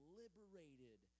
liberated